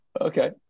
Okay